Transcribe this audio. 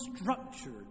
structured